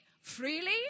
freely